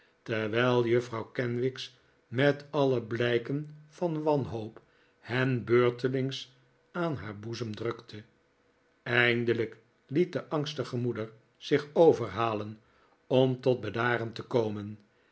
terwijl juffrouw kenwigs met alle blijken van wanhoop hen beurtelings aan haar boezem drukte eindelijk liet de angstige moeder zich overhalen om tot bedaren te komen